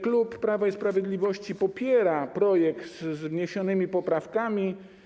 Klub Prawa i Sprawiedliwości popiera projekt, wraz z wniesionymi poprawkami.